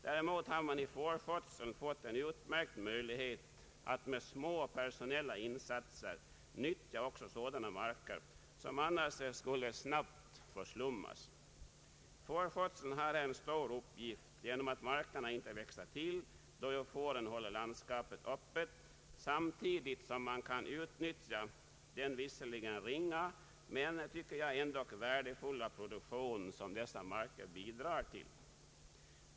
Däremot har man i fårskötseln fått en utmärkt möjlighet att med små personella insatser utnyttja också sådana marker som annars snabbt skulle växa igen. Fårskötseln har här en stor uppgift att fylla, eftersom fåren håller landskapet öppet, samtidigt som man kan utnyttja den visserligen ringa men ändock värdefulla produktion som dessa marker bidrar till.